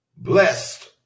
Blessed